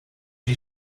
die